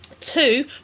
Two